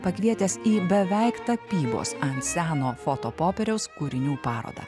pakvietęs į beveik tapybos ant seno fotopopieriaus kūrinių parodą